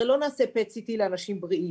הרי לא נעשה PET CT לאנשים בריאים,